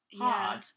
hard